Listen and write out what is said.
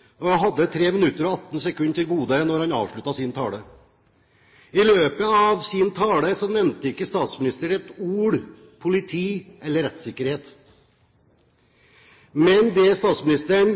Statsministeren hadde 20 minutter til disposisjon, og han hadde 3 minutter og 18 sekunder til gode da han avsluttet sin tale. I løpet av sin tale nevnte ikke statsministeren politi eller rettssikkerhet med ett ord. Men det statsministeren